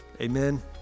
Amen